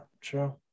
true